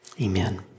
Amen